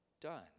done